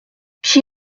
qui